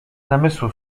namysłu